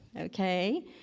Okay